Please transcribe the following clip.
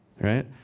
right